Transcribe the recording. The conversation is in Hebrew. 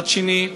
צד שני,